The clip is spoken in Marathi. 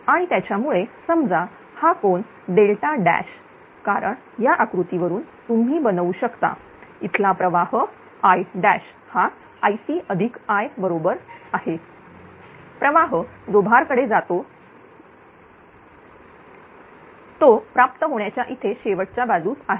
आणि त्याच्यामुळे समजा हा कोन डेल्टा डॅश कारण या आकृतीवरून तुम्ही बनवू शकता इथला प्रवाहI हा IcI बरोबर आहे प्रवाह जो भार कडे जातो तो प्राप्त होण्याच्या इथे शेवटच्या बाजूस आहे